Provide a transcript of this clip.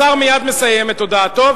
השר מייד מסיים את הודעתו,